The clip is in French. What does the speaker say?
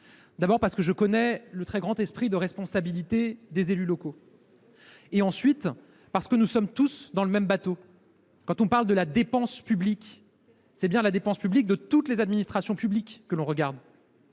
d’abord, parce que je connais le très grand esprit de responsabilité des élus locaux et, ensuite, parce que nous sommes tous dans le même bateau. Quand on parle de la dépense publique, c’est bien la dépense de toutes les administrations publiques que l’on regarde.